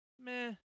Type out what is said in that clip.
Meh